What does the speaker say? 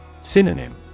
Synonym